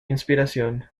inspiración